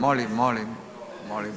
Molim, molim, molim.